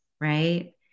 right